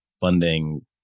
funding